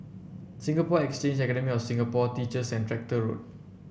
Singapore Exchange Academy of Singapore Teachers and Tractor Road